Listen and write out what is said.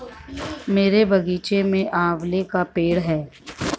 मेरे बगीचे में आंवले का पेड़ है